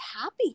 happy